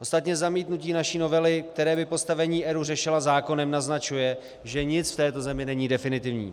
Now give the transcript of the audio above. Ostatně zamítnutí naší novely, která by postavení ERÚ řešila zákonem, naznačuje, že nic v této zemi není definitivní.